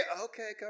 Okay